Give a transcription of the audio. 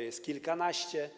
jest kilkanaście.